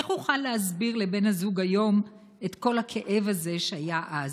איך אוכל להסביר לבן הזוג היום את כל הכאב הזה שהיה אז?